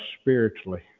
spiritually